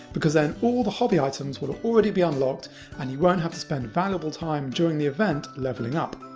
because then all the hobby items will already be unlocked and you won't have to spend valuable time during the event leveling up.